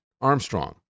Armstrong